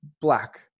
black